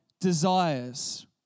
desires